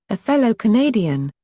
a fellow canadian.